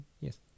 Yes